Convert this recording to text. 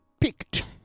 picked